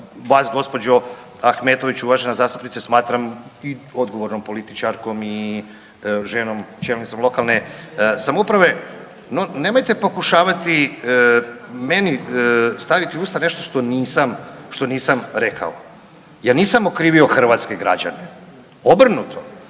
Vas gospođo Ahmetović uvažena zastupnice smatram i odgovornom političarkom i ženom čelnicom lokalne samouprave. No, nemojte pokušavati meni staviti u usta nešto što nisam, što nisam rekao. Ja nisam okrivio hrvatske građane, obrnuto